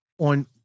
On